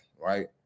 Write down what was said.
right